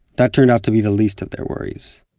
that turned out to be the least of their worries